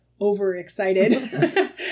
overexcited